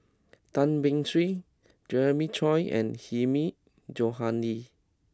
Tan Beng Swee Jeremiah Choy and Hilmi Johandi